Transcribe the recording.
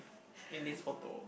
in this photo